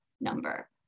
number